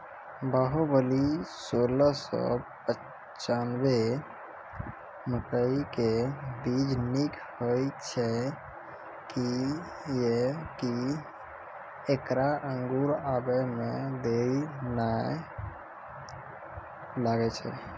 बाहुबली सोलह सौ पिच्छान्यबे मकई के बीज निक होई छै किये की ऐकरा अंकुर आबै मे देरी नैय लागै छै?